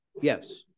Yes